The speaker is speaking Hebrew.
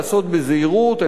איננו מעוניינים,